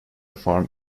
farm